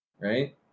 right